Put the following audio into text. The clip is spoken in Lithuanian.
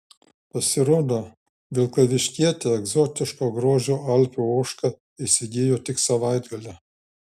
pasirodo vilkaviškietė egzotiško grožio alpių ožką įsigijo tik savaitgalį